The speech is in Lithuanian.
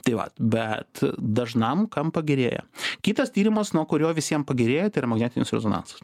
tai va bet dažnam kam pagerėja kitas tyrimas nuo kurio visiem pagerėja tai yra magnetinis rezonansas